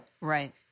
Right